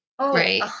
right